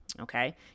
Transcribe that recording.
Okay